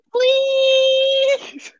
please